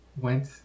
went